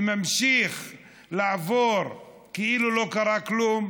וממשיך לעבור כאילו לא קרה כלום,